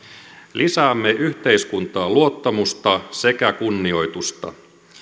lisäämme yhteiskuntaan luottamusta sekä kunnioitusta